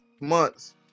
months